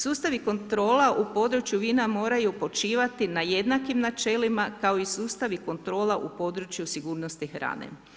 Sustavi kontrola u području vina moraju počivati na jednakim načelima kao i sustavi kontrola u području sigurnosti hrane.